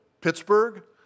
Pittsburgh